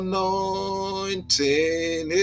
Anointing